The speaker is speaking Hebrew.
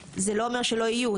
אבל זה לא אומר שלא יהיו.